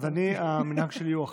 אז אני, המנהג שלי הוא אחר,